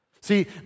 See